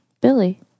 Billy